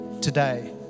today